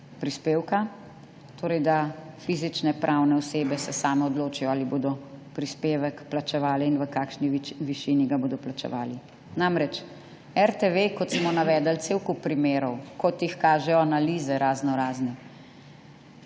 prispevka, torej da se fizične, pravne osebe same odločijo, ali bodo prispevek plačevale in v kakšni višini ga bodo plačevale. Namreč, RTV, kot smo navedli celi kup primerov, kot jih kažejo raznorazne